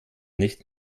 nicht